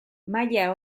maila